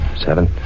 Seven